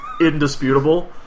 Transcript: indisputable